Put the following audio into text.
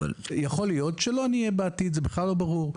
יכול להיות שלא נהיה בעתיד, זה בכלל לא ברור.